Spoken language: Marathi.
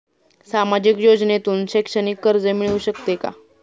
सामाजिक योजनेतून शैक्षणिक कर्ज मिळू शकते का?